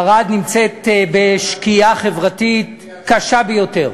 ערד נמצאת בשקיעה חברתית קשה ביותר.